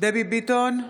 דבי ביטון,